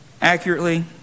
accurately